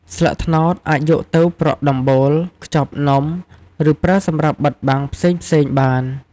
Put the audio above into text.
ស្លឹកត្នោតអាចយកទៅប្រក់ដំបូល ខ្ចប់នំ ឬប្រើសម្រាប់បិទបាំងផ្សេងៗបាន។